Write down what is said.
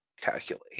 calculate